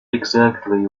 exactly